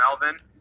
Melvin